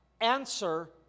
answer